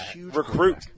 recruit